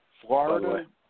Florida